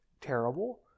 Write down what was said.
terrible